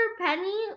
Penny